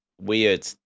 weird